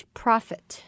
profit